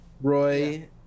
Roy